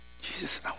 Jesus